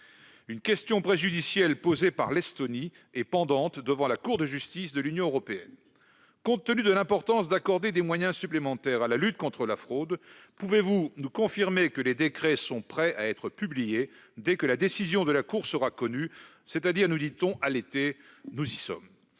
Une question préjudicielle posée par l'Estonie est pendante devant la Cour de justice de l'Union européenne. Compte tenu de l'importance d'accorder des moyens supplémentaires à la lutte contre la fraude, pouvez-vous nous confirmer que les décrets sont prêts à être publiés dès que la décision de la Cour sera connue, c'est-à-dire à l'été, nous dit-on ? Et nous y sommes !